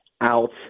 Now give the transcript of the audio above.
out